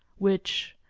which,